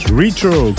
retro